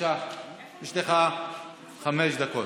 יש לך חמש דקות,